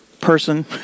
person